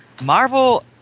Marvel